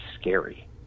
scary